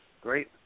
Great